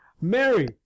mary